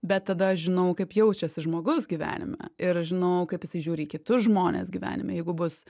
bet tada žinau kaip jaučiasi žmogaus gyvenime ir žinau kaip jisai žiūri į kitus žmones gyvenime jeigu bus